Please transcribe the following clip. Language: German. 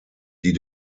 die